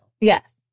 Yes